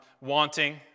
wanting